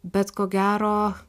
bet ko gero